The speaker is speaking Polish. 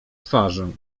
twarzą